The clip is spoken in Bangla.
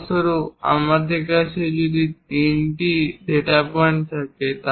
উদাহরণ স্বরূপ আমার কাছে যদি তিনটি ডেটা পয়েন্ট থাকে